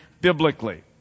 biblically